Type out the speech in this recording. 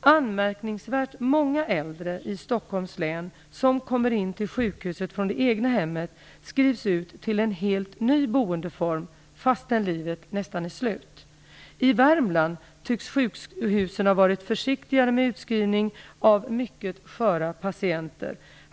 Anmärkningsvärt många äldre i Stockholms län som kommer in till sjukhuset från det egna hemmet skrivs ut till en helt ny boendeform, fastän livet nästan är slut. I Värmland tycks sjukhusen ha varit försiktigare med utskrivning av mycket sköra patienter.